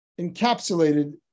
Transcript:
encapsulated